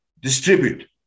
distribute